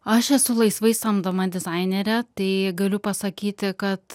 aš esu laisvai samdoma dizainerė tai galiu pasakyti kad